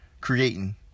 creating